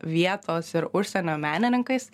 vietos ir užsienio menininkais